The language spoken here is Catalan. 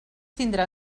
tindrà